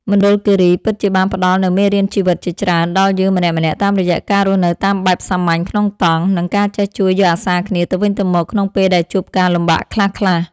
មណ្ឌលគីរីពិតជាបានផ្តល់នូវមេរៀនជីវិតជាច្រើនដល់យើងម្នាក់ៗតាមរយៈការរស់នៅតាមបែបសាមញ្ញក្នុងតង់ និង ការចេះជួយយកអាសារគ្នាទៅវិញទៅមកក្នុងពេលដែលជួបការលំបាកខ្លះៗ។